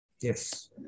Yes